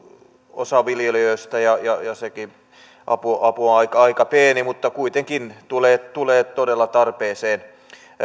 osaa viljelijöistä ja sekin apu on aika pieni mutta kuitenkin tulee tulee todella tarpeeseen